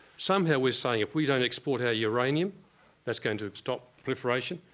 somehow we're saying if we don't export our uranium that's going to stop proliferation,